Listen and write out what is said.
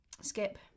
Skip